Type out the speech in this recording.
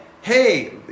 hey